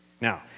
Now